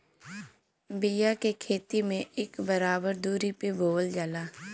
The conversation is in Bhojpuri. बिया के खेती में इक बराबर दुरी पे बोवल जाला